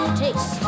taste